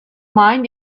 mind